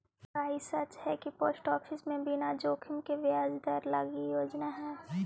का ई सच हई कि पोस्ट ऑफिस में बिना जोखिम के ब्याज दर लागी योजना हई?